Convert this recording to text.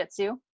jujitsu